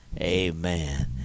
Amen